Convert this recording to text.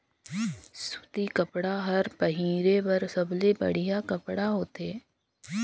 सूती कपड़ा हर पहिरे बर सबले बड़िहा कपड़ा होथे